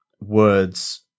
words